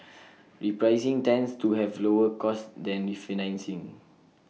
repricing tends to have lower costs than refinancing